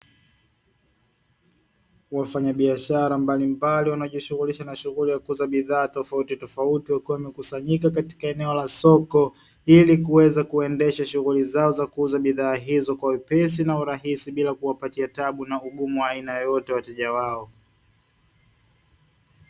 Wafanya biashara mbalimbali wanaojishughulisha na shughuli ya kuuza bidhaa tofauti tofauti, wakiwa wamekusanyika katika eneo la soko ili kuweza kuendesha shughuli zao za kuuza bidhaa hizo kwa wepesi na urahisi bila kuwapatia tabu na ugumu wa aina yoyote wateja wao.